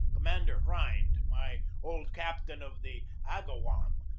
commander rhind, my old captain of the agawam,